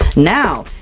now,